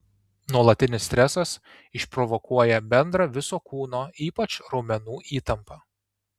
nuolatinis stresas išprovokuoja bendrą viso kūno ypač raumenų įtampą